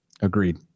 Agreed